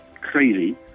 crazy